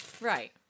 right